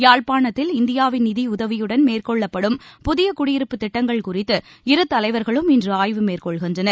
யாழ்ப்பாணத்தில் இந்தியாவின் நிதியுதவியுடன் மேற்கொள்ளப்படும் புதிய குடியிருப்புத் திட்டங்கள் குறித்து இரு தலைவர்களும் இன்று ஆய்வு மேற்கொள்கின்றனர்